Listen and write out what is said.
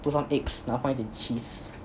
put some eggs 然后放一点 cheese